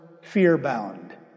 fear-bound